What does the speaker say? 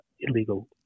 illegal